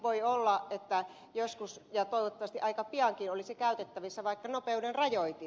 voi olla että joskus ja toivottavasti aika piankin olisi käytettävissä vaikkapa nopeudenrajoitin